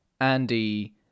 Andy